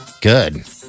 Good